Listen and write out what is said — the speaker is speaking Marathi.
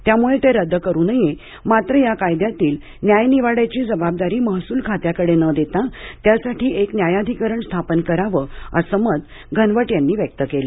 त्यामूळे ते रद्द करू नये मात्र या कायद्यातील न्याय निवाड्याची जवाबदारी महसूल खात्याकडे न देता त्यासाठी एक न्यायाधिकरण स्थापन करावे असे मत घनवट यांनी व्यक्त केले